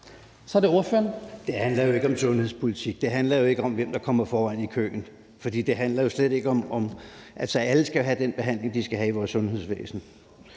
Carlsen (M): Det handler jo ikke om sundhedspolitik. Det handler ikke om, hvem der kommer foran i køen. Alle skal jo have den behandling, de skal have, i vores sundhedsvæsen.